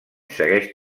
segueix